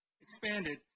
expanded